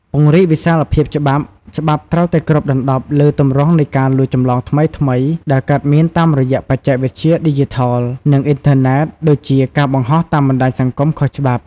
ពង្រីកវិសាលភាពច្បាប់ ច្បាប់ត្រូវតែគ្របដណ្តប់លើទម្រង់នៃការលួចចម្លងថ្មីៗដែលកើតមានតាមរយៈបច្ចេកវិទ្យាឌីជីថល និងអ៊ីនធឺណិត ដូចជា ការបង្ហោះតាមបណ្តាញសង្គមខុសច្បាប់។